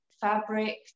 fabric